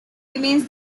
remains